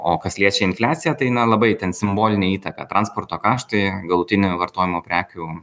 o kas liečia infliaciją tai na labai ten simbolinę įtaką transporto karštoje galutinio vartojimo prekių